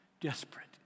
desperate